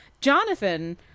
Jonathan